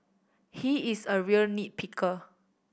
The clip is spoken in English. he is a real nit picker